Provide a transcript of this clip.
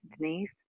Denise